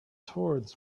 towards